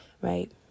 right